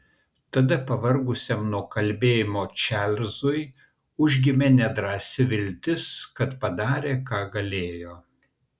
tada pavargusiam nuo kalbėjimo čarlzui užgimė nedrąsi viltis kad padarė ką galėjo